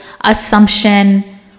assumption